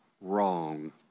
wrong